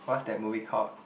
what's that movie called